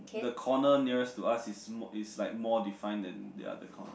the corner nearer to us is more is like more define than the other corner